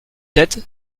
sept